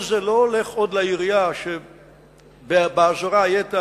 כל זה לא הולך עוד לעירייה שבאזורה יהיה תאגיד,